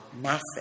massive